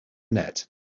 net